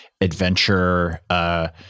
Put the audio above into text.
adventure